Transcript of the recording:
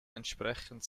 entsprechend